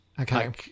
Okay